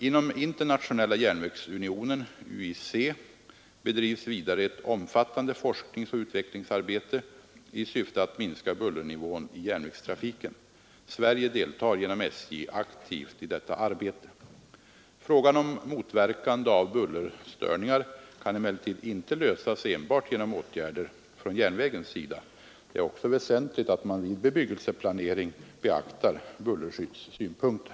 Inom Internationella järnvägsunionen bedrivs vidare ett omfattande forskningsoch utvecklingsarbete i syfte att minska bullernivån i järnvägstrafiken. Sverige deltar genom SJ aktivt i detta arbete. Frågan om motverkande av bullerstörningar kan emellertid inte lösas enbart genom åtgärder från järnvägens sida. Det är också väsentligt att man vid bebyggelseplanering beaktar bullerskyddssynpunkter.